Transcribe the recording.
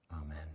Amen